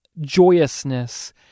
joyousness